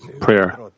prayer